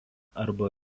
arba